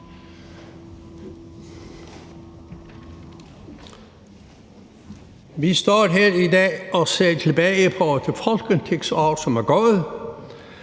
Vi står her i dag og ser tilbage på det folketingsår, som er gået.